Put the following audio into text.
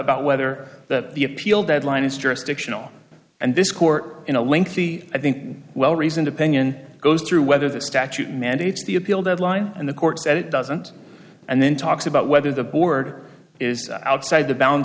about whether that the appeal deadline is jurisdictional and this court in a lengthy i think well reasoned opinion goes through whether the statute mandates the appeal deadline and the court said it doesn't and then talks about whether the board is outside the bounds